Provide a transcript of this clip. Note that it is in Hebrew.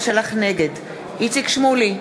נגד איציק שמולי,